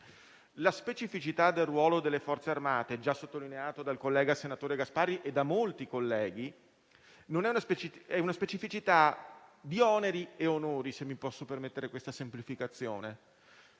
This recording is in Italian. La specificità del ruolo delle Forze armate, già sottolineata dal collega senatore Gasparri e da molti colleghi, è una specificità di oneri e onori, se mi posso permettere questa semplificazione.